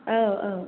औ औ